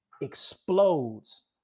explodes